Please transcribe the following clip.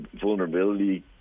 vulnerability